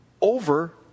over